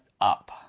up